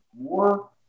more